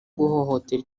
guhohotera